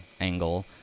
angle